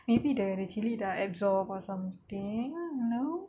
maybe the chili dah absorb or something no